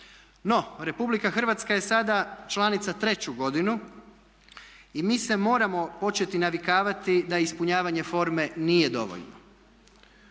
No, Republika Hrvatska je sada članica treću godinu i mi se moramo početi navikavati da ispunjavanje forme nije dovoljno.